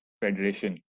Federation